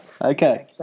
Okay